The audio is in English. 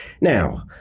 Now